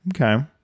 Okay